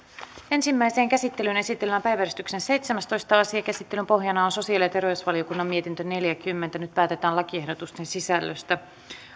ensimmäiseen käsittelyyn esitellään päiväjärjestyksen seitsemästoista asia käsittelyn pohjana on sosiaali ja terveysvaliokunnan mietintö neljäkymmentä nyt päätetään lakiehdotusten sisällöstä